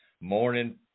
morning